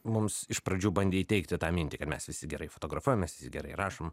mums iš pradžių bandė įteigti tą mintį ką mes visi gerai fotografuojam mes visi gerai rašom